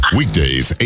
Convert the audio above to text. weekdays